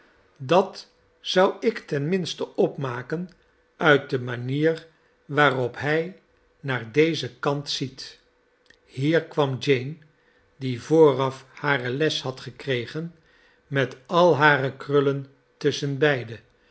dat zou ik ten minste opmakeri uit de manier waarop hij naar dezen kant ziet hier kwam jane die vooraf hare les had gekregen met al hare krullen